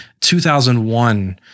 2001